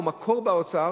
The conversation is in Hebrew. או מקור באוצר?